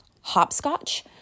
hopscotch